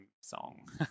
song